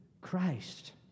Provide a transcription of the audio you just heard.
Christ